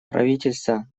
правительство